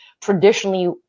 traditionally